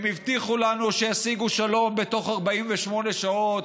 הם הבטיחו לנו שישיגו שלום בתוך 48 שעות,